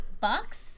Box